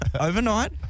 overnight